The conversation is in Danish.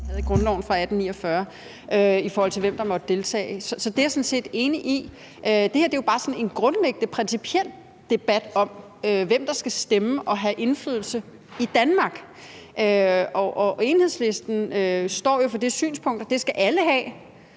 i grundloven fra 1849, i forhold til hvem der måtte deltage. Så det er jeg sådan set enig i. Det her er jo bare sådan en grundlæggende, principiel debat om, hvem der skal stemme og have indflydelse i Danmark. Enhedslisten står jo for det synspunkt, at det skal alle have